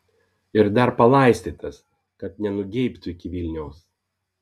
ir dar palaistytas kad nenugeibtų iki vilniaus